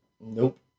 Nope